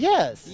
Yes